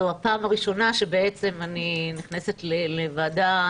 זו הפעם הראשונה שבעצם אני נכנסת לוועדה.